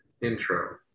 intro